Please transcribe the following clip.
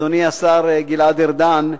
אדוני השר גלעד ארדן,